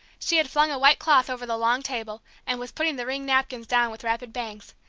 she had flung a white cloth over the long table, and was putting the ringed napkins down with rapid bangs.